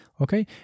okay